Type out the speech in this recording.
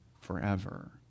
forever